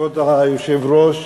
כבוד היושב-ראש,